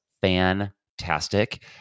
fantastic